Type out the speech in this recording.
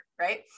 Right